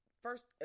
First